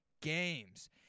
games